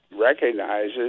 recognizes